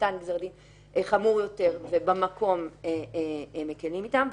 נתן גזר דין חמור יותר ובמקום מקלים איתם.